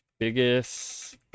Biggest